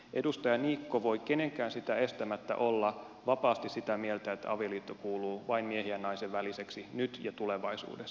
edustaja niikko voi kenenkään sitä estämättä olla vapaasti sitä mieltä että avioliitto kuuluu vain miehen ja naisen väliseksi nyt ja tulevaisuudessa